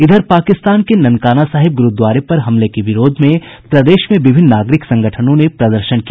इधर पाकिस्तान के ननकाना साहिब गुरूद्वारे पर हमले के विरोध में प्रदेश में विभिन्न नागरिक संगठनों प्रदर्शन किया